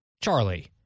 Charlie